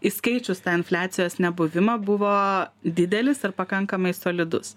įskaičius tą infliacijos nebuvimą buvo didelis ar pakankamai solidus